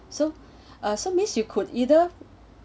so uh miss you could either